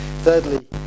Thirdly